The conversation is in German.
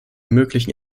möglichen